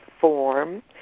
form